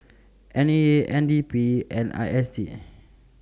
N E A N D P and I S D